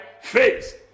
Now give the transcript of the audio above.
face